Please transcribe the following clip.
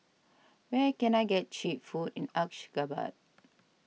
where can I get Cheap Food in Ashgabat